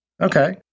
Okay